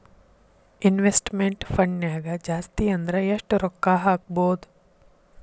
Investment ಫಂಡ್ನ್ಯಾಗ ಜಾಸ್ತಿ ಅಂದ್ರ ಯೆಷ್ಟ್ ರೊಕ್ಕಾ ಹಾಕ್ಬೋದ್?